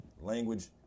Language